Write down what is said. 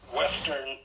western